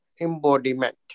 embodiment